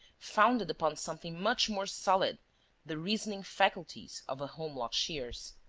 founded upon something much more solid the reasoning faculties of a holmlock shears.